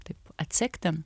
taip atsekti